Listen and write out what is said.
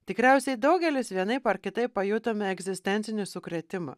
tikriausiai daugelis vienaip ar kitaip pajutome egzistencinį sukrėtimą